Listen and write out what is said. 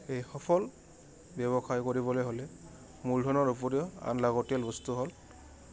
এই সফল ব্যৱসায় কৰিবলৈ হ'লে মূলধনৰ উপৰিও আন লাগতিয়াল বস্তু হ'ল